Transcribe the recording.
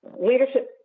leadership